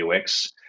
UX